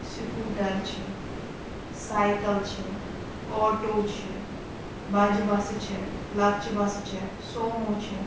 scooter چھِ cycle چھِ auto چھِ بَجہِ بَسہٕ چھےٚ لۄکچہِ بَسہٕ چھےٚ سومو چھےٚ